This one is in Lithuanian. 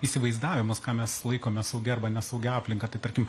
įsivaizdavimus ką mes laikome saugia arba nesaugia aplinka tai tarkim